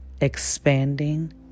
expanding